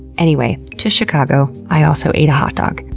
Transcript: anyway, to chicago. i also ate a hotdog.